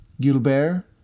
gilbert